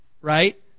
right